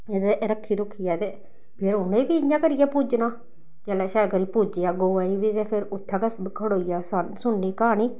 ते रक्खी रुक्खिै ते फिर उ'नें गी बी इ'यां करियै पूजना जेल्लै शैल करियै पूज्जेआ गवा गी बी ते फिर उत्थै गै खड़ोइयै सुननी क्हानी